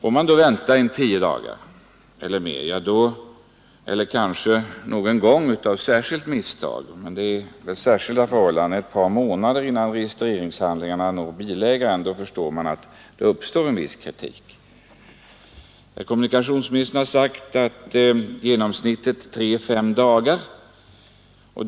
Om det då tar tio dagar eller mer på grund av misstag, vid särskilda förhållanden, innan registreringshandlingarna når bilägaren, är det lätt att förstå att det uppstår kritik. Herr kommunikationsministern har sagt att det tar genomsnittligt tre till fem dagar.